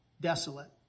desolate